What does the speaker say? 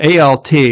ALT